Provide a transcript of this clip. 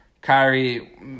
Kyrie